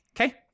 Okay